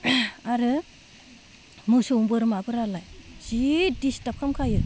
आरो मोसौ बोरमाफोरालाय जि डिसटार्ब खालामखायो